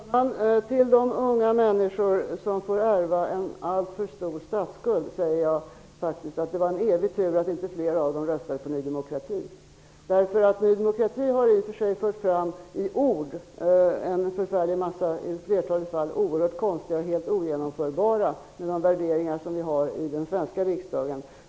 Fru talman! Till de unga människor som får ärva en alltför stor statsskuld säger jag faktiskt att det var en evig tur att inte fler röstade på Ny demokrati. Ny demokrati har i och för sig i ord fört fram en förfärlig mängd s.k. besparingsförslag, dock i flertalet fall oerhört konstiga och ogenomförbara utifrån de värderingar som vi har i den svenska riksdagen.